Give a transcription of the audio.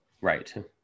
Right